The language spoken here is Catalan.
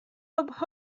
hop